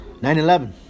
9-11